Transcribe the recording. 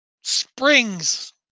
springs